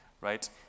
Right